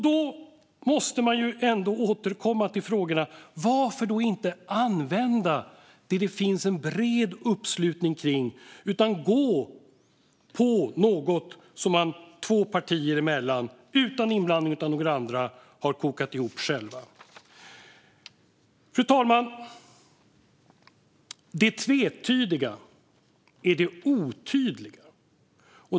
Då måste man återkomma till frågorna: Varför inte använda det som det finns en bred uppslutning kring i stället för att gå på något som två partier, utan inblandning av andra, har kokat ihop själva? Fru talman! Det tvetydiga är det otydliga.